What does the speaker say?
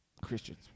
Christians